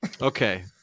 okay